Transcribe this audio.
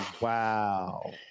Wow